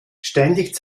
ständig